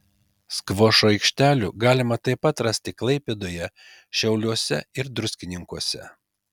skvošo aikštelių galima taip pat rasti klaipėdoje šiauliuose ir druskininkuose